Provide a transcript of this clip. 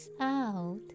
out